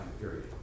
period